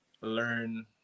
learn